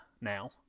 now